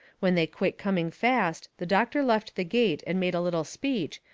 when they quit coming fast the doctor left the gate and made a little speech,